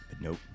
nope